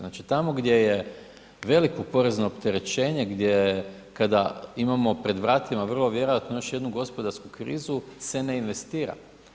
Znači, tamo gdje je veliko porezno opterećenje gdje, kada imamo pred vratima vrlo vjerojatno još jednu gospodarsku krizu se ne investira.